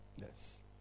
Yes